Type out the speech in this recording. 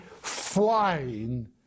flying